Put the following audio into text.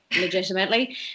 legitimately